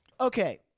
okay